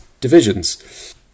divisions